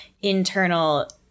internal